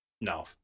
no